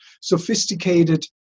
sophisticated